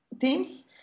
teams